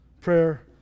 prayer